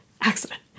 accident